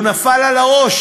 הוא נפל על הראש.